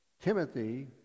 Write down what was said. Timothy